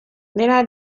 dena